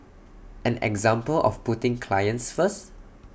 an example of putting clients first